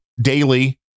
daily